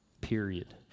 period